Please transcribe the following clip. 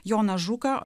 joną žuką